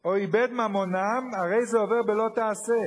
או איבד ממונם, הרי זה עובר ב"לא תעשה",